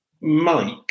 Mike